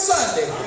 Sunday